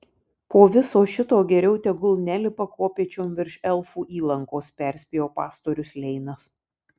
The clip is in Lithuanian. po viso šito geriau tegul nelipa kopėčiom virš elfų įlankos perspėjo pastorius leinas